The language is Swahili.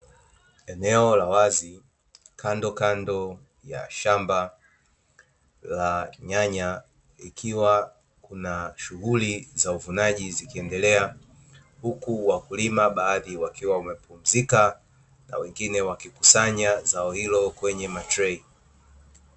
Eneo la wazi kandokando ya shamba la nyanya, likiwa kuna shughuli za uvunaji zikiendelea, huku wakulima baadhi wakiwa wamepumzika na wengine wakikusanya zao hilo kwenye matrei.